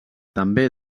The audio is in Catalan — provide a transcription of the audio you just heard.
també